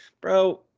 bro